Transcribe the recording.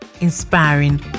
Inspiring